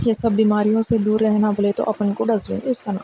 یہ سب بیماریوں سے دور رہنا بولے تو اپن کو ڈسبن یوز کرنا